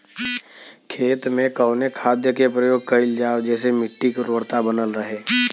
खेत में कवने खाद्य के प्रयोग कइल जाव जेसे मिट्टी के उर्वरता बनल रहे?